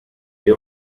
iyo